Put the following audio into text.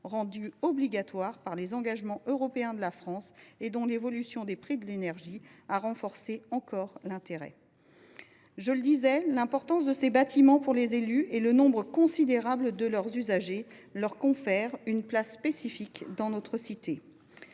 rendue obligatoire par les engagements européens de la France. L’évolution des prix de l’énergie en a encore renforcé l’intérêt. L’importance de ces bâtiments pour les élus et le nombre considérable de leurs usagers leur confèrent une place spécifique dans notre cité.